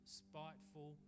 spiteful